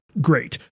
great